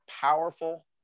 powerful